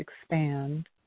expand